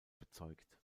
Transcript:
bezeugt